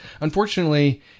Unfortunately